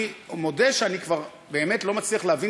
אני מודה שאני כבר באמת לא מצליח להבין